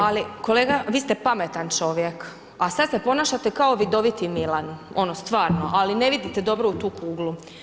Ali kolega vi ste pametan čovjek a sada se ponašate kao vidoviti Milan, ono stvarno, ali ne vidite dobro u tu kuglu.